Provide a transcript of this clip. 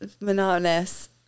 monotonous